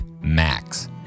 max